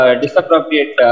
disappropriate